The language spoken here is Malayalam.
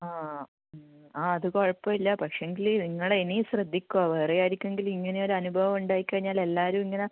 ആ ആ അത് കുഴപ്പം ഇല്ല പക്ഷേങ്കിൽ നിങ്ങൾ ഇനി ശ്രദ്ധിക്കുക വേറെയാർക്കെങ്കിലും ഇങ്ങനെ ഒരു അനുഭവം ഉണ്ടായി കഴിഞ്ഞാൽ എല്ലാവരും ഇങ്ങനെ